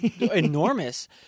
enormous